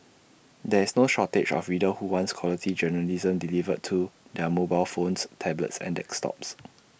there is no shortage of readers who want quality journalism delivered to their mobile phones tablets and desktops